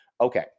Okay